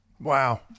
Wow